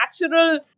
natural